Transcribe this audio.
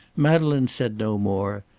madeleine said no more,